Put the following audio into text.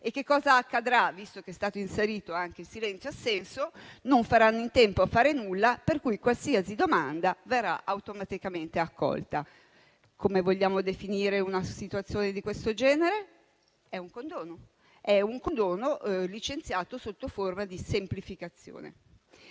pratiche. Cosa accadrà, visto che è stato inserito anche il silenzio assenso? Non faranno in tempo a fare nulla, per cui qualsiasi domanda verrà automaticamente accolta. Come vogliamo definire una situazione di questo genere? È un condono! È un condono, licenziato sotto forma di semplificazione.